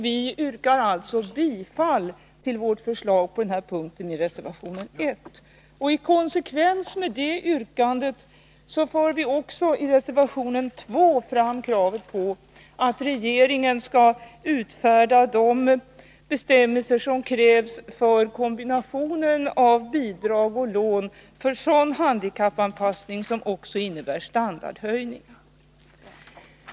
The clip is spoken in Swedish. Jag yrkar alltså bifall till vårt förslag på den här punkten i reservation E I konsekvens med det yrkandet för vi också i reservation 2 fram krav på att regeringen skall utfärda de bestämmelser som krävs för kombination av bidrag och lån för sådan handikappanpassning som också innebär standardhöjning.